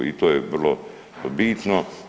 I to je vrlo bitno.